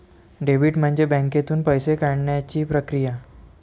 debit म्हणजे बँकेतून पैसे काढण्याची प्रक्रिया